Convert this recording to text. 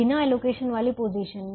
बिना एलोकेशन वाली पोजीशन में